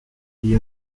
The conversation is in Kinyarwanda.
uyu